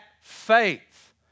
faith